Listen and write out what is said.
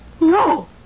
No